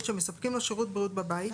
שהם מספקים לו שירות בריאות בבית,